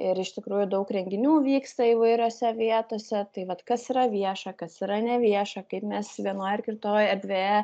ir iš tikrųjų daug renginių vyksta įvairiose vietose tai vat kas yra vieša kas yra nevieša kaip mes vienoj ar kitoj erdvėje